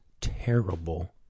terrible